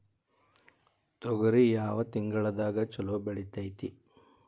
ತೊಗರಿ ಯಾವ ತಿಂಗಳದಾಗ ಛಲೋ ಬೆಳಿತೈತಿ?